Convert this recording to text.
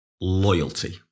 loyalty